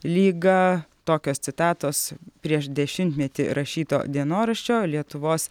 lyga tokios citatos prieš dešimtmetį rašyto dienoraščio lietuvos